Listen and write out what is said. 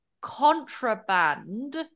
Contraband